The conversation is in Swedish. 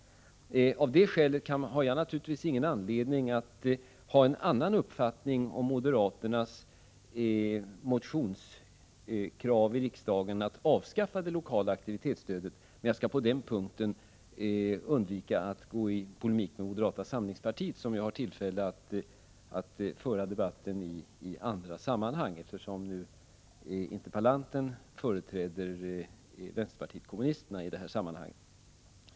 Av det skälet har jag naturligtvis ingen anledning att ha en annan uppfattning om moderaternas motionskrav i riksdagen att avskaffa det lokala aktivitetsstödet, men jag skall på den punkten undvika att gå i polemik med moderata samlingspartiet. Jag har ju tillfälle att föra detbatten i andra sammanhang, eftersom interpellanten företräder vänsterpartiet kommunisterna.